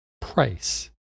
price